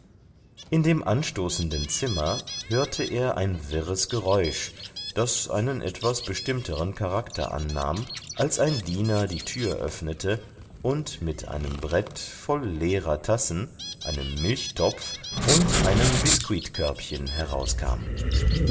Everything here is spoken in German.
in dem anstoßenden zimmer hörte er ein wirres geräusch das einen etwas bestimmteren charakter annahm als ein diener die tür öffnete und mit einem brett voll leerer tassen einem milchtopf und einem biskuitkörbchen herauskam